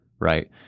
right